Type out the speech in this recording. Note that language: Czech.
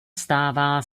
stává